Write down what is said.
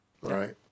right